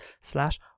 slash